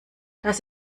das